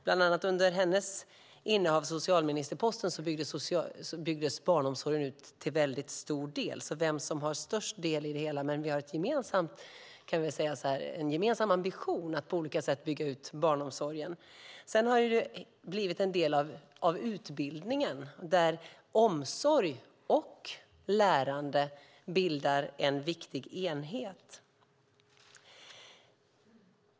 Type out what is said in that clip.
Bland annat under Karin Söders tid som socialminister byggdes barnomsorgen till stor del ut. Frågan är vem som har störst del i det hela. Men vi har en gemensam ambition att på olika sätt bygga ut barnomsorgen. Sedan har barnomsorgen blivit en del av utbildningen där omsorg och lärande bildar en viktig enhet.